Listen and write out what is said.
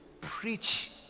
preach